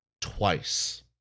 twice